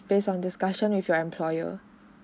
based on discussion with your employer